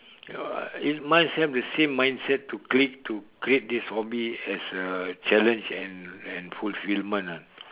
ya it's must have the same mindset to create to create this hobby as a challenge and and fulfilment ah